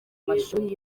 mashuri